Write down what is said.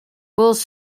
both